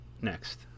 next